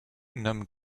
nomme